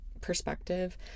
perspective